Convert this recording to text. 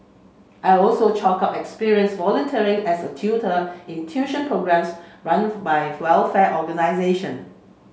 I also chalk up experience volunteering as a tutor in tuition programmes run by welfare organisation